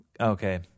Okay